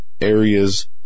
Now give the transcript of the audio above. areas